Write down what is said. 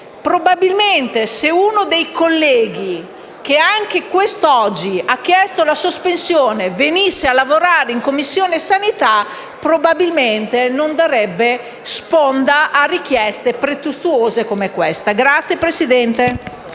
probabilmente, se uno dei colleghi che, anche quest'oggi, ha chiesto la sospensione venisse a lavorare in Commissione sanità non darebbe sponda a richieste pretestuose come questa*. (Applausi